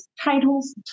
titles